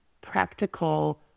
practical